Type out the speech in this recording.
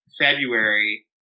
February